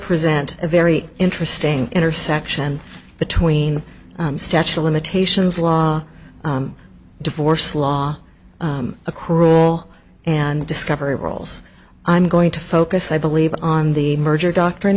present a very interesting intersection between statue limitations law divorce law a cruel and discovery rolls i'm going to focus i believe on the merger doctrine